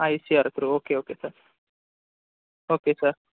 I C R through okay okay sir okay sir